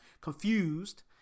confused